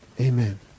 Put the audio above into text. Amen